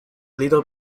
little